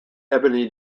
ebony